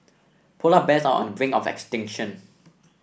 polar bears are on the brink of extinction